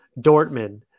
Dortmund